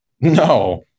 No